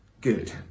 good